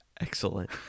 Excellent